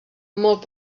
molt